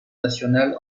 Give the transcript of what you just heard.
nationales